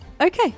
Okay